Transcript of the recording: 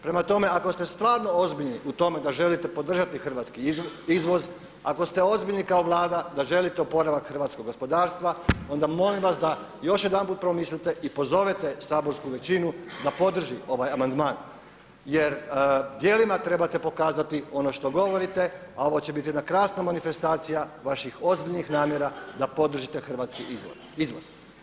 Prema tome, ako ste stvarno ozbiljni u tome da želite podržati hrvatski izvoz, ako ste ozbiljni kao Vlada da želite oporavak hrvatskog gospodarstva onda molim vas da još jedanput promislite i pozovete saborsku većinu da podrži ovaj amandman jer djelima trebate pokazati ono što govorite, a ovo će biti jedna krasna manifestacija vaših ozbiljnih namjera da podržite hrvatski izvoz.